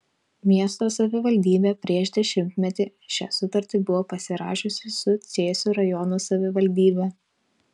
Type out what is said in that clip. miesto savivaldybė prieš dešimtmetį šią sutartį buvo pasirašiusi su cėsių rajono savivaldybe